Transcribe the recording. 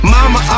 Mama